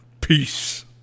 peace